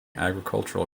agricultural